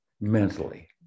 mentally